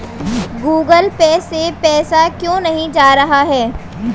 Google pay से पैसा क्यों नहीं जा रहा है?